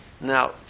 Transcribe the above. Now